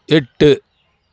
எட்டு